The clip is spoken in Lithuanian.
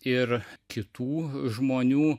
ir kitų žmonių